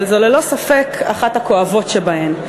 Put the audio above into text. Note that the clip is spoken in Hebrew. אבל זו ללא ספק אחת הכואבות שבהן.